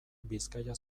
bizkaia